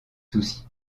soucis